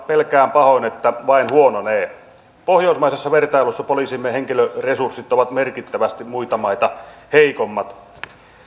pelkään pahoin että se vain huononee pohjoismaisessa vertailussa poliisimme henkilöresurssit ovat merkittävästi muita maita heikommat